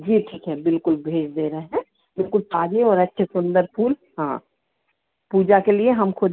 जी ठीक है बिल्कुल भेज दे रहे हैं बिल्कुल ताज़ा और अच्छे सुंदर फूल हाँ पूजा के लिए हम खुद